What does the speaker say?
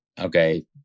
okay